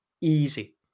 Easy